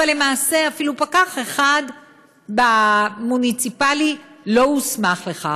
אבל למעשה אפילו פקח אחד מוניציפלי לא הוסמך לכך.